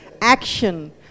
action